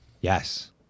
yes